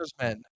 men